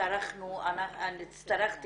הצטרכתי